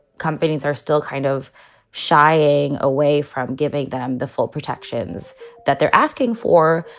companies are still kind of shying away from giving them the full protections that they're asking for,